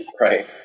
Right